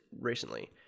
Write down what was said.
recently